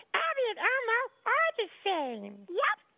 abby and elmo are the same. yep!